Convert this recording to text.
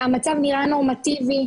המצב נהיה נורמטיבי,